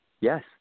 Yes